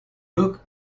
look